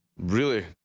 really.